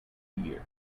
year